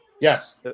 Yes